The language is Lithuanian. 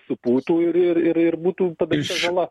supūtų ir ir ir būtų padaryta žala